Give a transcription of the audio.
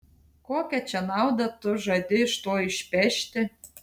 kokią čia naudą tu žadi iš to išpešti